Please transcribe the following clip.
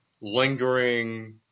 lingering